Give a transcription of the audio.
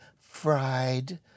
fried